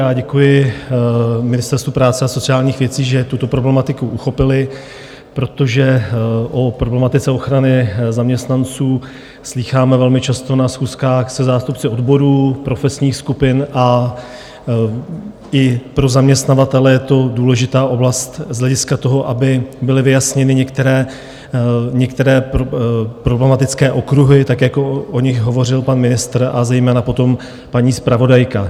Já děkuji Ministerstvu práce a sociálních věcí, že tuto problematiku uchopilo, protože o problematice ochrany zaměstnanců slýcháme velmi často na schůzkách se zástupci odborů, profesních skupin, a i pro zaměstnavatele je to důležitá oblast z hlediska toho, aby byly vyjasněny některé problematické okruhy, tak jak o nich hovořil pan ministr a zejména potom paní zpravodajka.